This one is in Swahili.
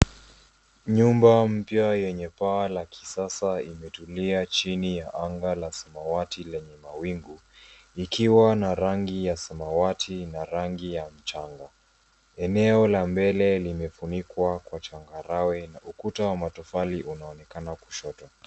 Nyumba mpya yenye paa la kisasa imetullia chini ya anga la samawati lenye mawingu ikiwa na rangi ya samawati na rangi ya mchanga. Eneo la mbele limefunikwa kwa changarawe na ukuta wa matofali unaonekana kushoto.